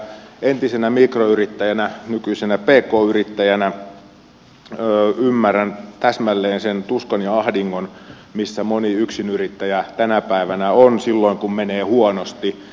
entisenä mikroyrittäjänä nykyisenä pk yrittäjänä ymmärrän täsmälleen sen tuskan ja ahdingon missä moni yksinyrittäjä tänä päivänä on silloin kun menee huonosti